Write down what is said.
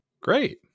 Great